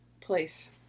place